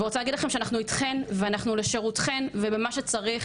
אני רוצה להגיד לכן שאנחנו איתכן ואנחנו לשירותכן במה שצריך